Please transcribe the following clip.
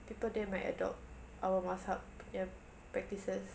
people there might adopt our mazhab punya practices